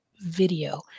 video